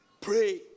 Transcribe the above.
Pray